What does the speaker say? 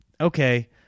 Okay